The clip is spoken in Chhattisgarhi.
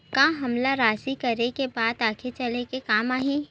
का हमला राशि करे के बाद आगे चल के काम आही?